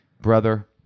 brother